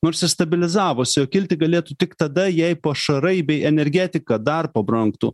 nors ji stabilizavosi o kilti galėtų tik tada jei pašarai bei energetika dar pabrangtų